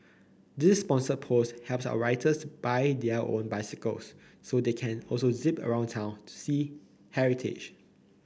this sponsored post helps our writers buy their own bicycles so they can also zip around town see heritage